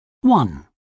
one